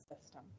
system